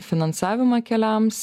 finansavimą keliams